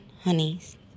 honeys